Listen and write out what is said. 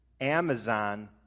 Amazon